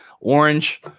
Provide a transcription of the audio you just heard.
orange